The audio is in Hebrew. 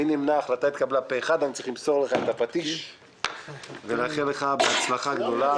אני מוסר לך את הפטיש ומאחל לך בהצלחה גדולה.